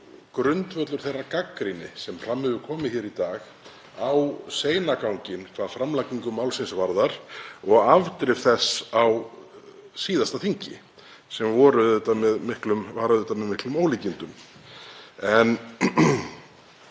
grundvöllur þeirrar gagnrýni sem fram hefur komið hér í dag á seinaganginn hvað framlagningu málsins varðar og afdrif þess á síðasta þingi sem voru með miklum ólíkindum.